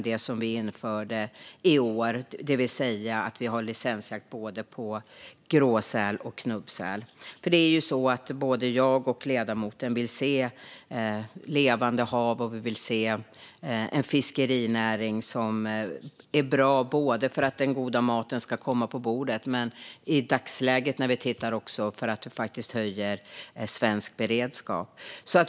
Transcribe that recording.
Detta gäller även den licensjakt på gråsäl och knubbsäl som vi infört i år. Både jag och ledamoten vill ju se levande hav och en fiskerinäring som är bra både för att den goda maten ska komma på bordet och, i dagsläget, för att den faktiskt höjer den svenska beredskapen.